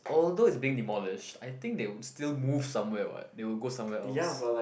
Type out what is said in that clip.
although is being demolished I think they would still move somewhere what they will go somewhere else